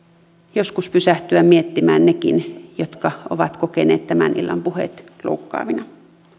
joskus pysähtyä miettimään nekin jotka ovat kokeneet tämän illan puheet loukkaavina